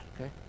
okay